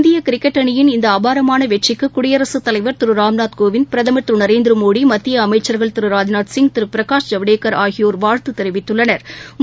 இந்தியகிரிக்கெட் அணியின் இந்தஅபாரமானவெற்றிக்குடியரசுத் தலைவர் திருராம்நாத் கோவிந்த் பிரதமா் திருநரேந்திரமோடி மத்தியஅமைச்சா்கள் திரு ராஜ்நாத்சிங் திருபிரகாஷ் ஜவடேக்கர் ஆகியோர் வாழ்த்துதெரிவித்துள்ளனா்